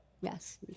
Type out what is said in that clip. Yes